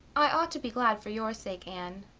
i ought to be glad for your sake, anne.